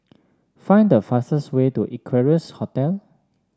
find the fastest way to Equarius Hotel